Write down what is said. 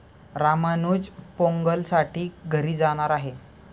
रामानुज पोंगलसाठी घरी जाणार आहे